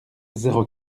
zéro